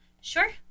sure